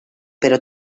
però